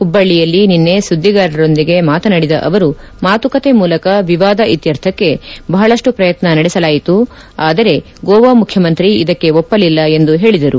ಹುಬ್ಲಳ್ಳಿಯಲ್ಲಿ ನಿನ್ನೆ ಸುದ್ದಿಗಾರರೊಂದಿಗೆ ಮಾತನಾಡಿದ ಅವರು ಮಾತುಕತೆ ಮೂಲಕ ವಿವಾದ ಇತ್ಯರ್ಥಕ್ಕೆ ಬಹಳಷ್ಟು ಶ್ರಯತ್ನ ನಡೆಸಲಾಯಿತು ಆದರೆ ಗೋವಾ ಮುಖ್ಯಮಂತ್ರಿ ಇದಕ್ಕೆ ಒಪ್ಪಲಿಲ್ಲ ಎಂದು ಹೇಳದರು